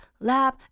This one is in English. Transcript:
lab